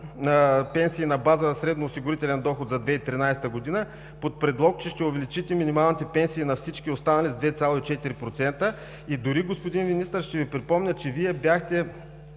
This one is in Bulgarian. пенсии на база на среден осигурителен доход за 2013 г. под предлог, че ще увеличите минималните пенсии на всички останали с 2,4% и дори, господин Министър, ще Ви припомня, че Вие бяхте